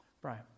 Brian